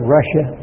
Russia